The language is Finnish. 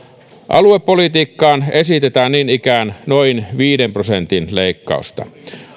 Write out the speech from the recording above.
aluepolitiikkaan esitetään niin ikään noin viiden prosentin leikkausta